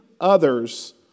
others